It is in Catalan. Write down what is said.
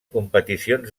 competicions